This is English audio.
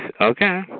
Okay